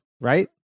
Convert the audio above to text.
right